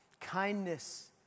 Kindness